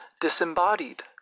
disembodied